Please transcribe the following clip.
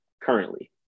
currently